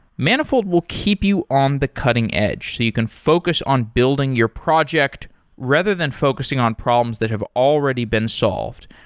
manifold will keep you on the cutting-edge so you can focus on building your project rather than focusing on problems that have already been solved.